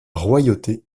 royauté